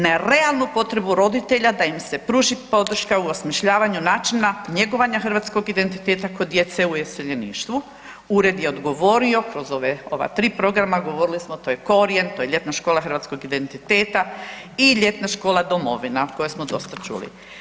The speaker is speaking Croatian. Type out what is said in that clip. Na realnu potrebu roditelja da im se pruži podrška u osmišljavanja načina njegovanja hrvatskog identiteta kod djece u iseljeništvu ured je odgovori kroz ova tri programa, govorili smo to je korijen, to je ljetna škola hrvatskog identiteta i ljetna škola domovina koja smo dosta čuli.